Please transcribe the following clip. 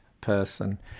person